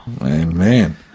Amen